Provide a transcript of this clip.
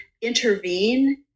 intervene